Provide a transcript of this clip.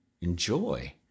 enjoy